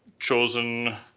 chosen